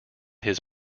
his